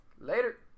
Later